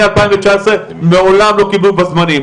מ-2019 מעולם לא קיבלו בזמנים.